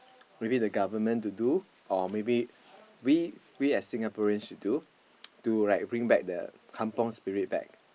maybe the government to do or maybe we we as Singaporeans should do to like bring back the kampung Spirit back